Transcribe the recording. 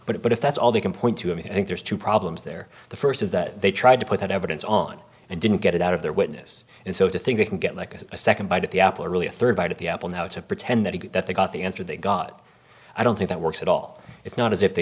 but it but if that's all they can point to i mean i think there's two problems there the first is that they tried to put that evidence on and didn't get it out of their witness and so to think they can get like a second bite at the apple or really a third bite at the apple now to pretend that it that they got the answer they got i don't think that works at all it's not as if they